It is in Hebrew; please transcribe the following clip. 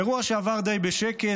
אירוע שעבר די בשקט,